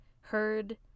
heard